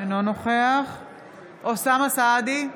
אינו נוכח אוסאמה סעדי,